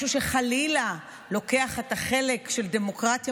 משהו שחלילה לוקח את החלק של דמוקרטיה